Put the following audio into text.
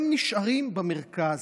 הם נשארים במרכז,